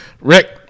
Rick